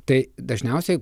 tai dažniausiai